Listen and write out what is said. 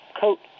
coat